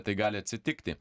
tai gali atsitikti